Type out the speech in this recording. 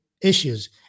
issues